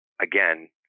again